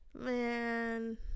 Man